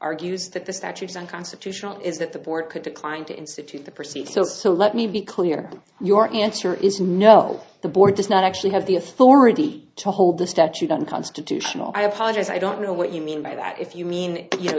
argues that the statute is unconstitutional is that the board could decline to insitute the perceived so so let me be clear your answer is no the board does not actually have the authority to hold the statute unconstitutional i apologize i don't know what you mean by that if you mean